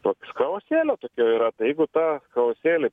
toks chaosėlio tokio yra tai jeigu tą chaosėlį